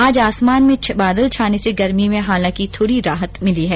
आज आसमान में बादल छाने से गर्मी में थोड़ी राहत मिली है